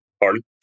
Pardon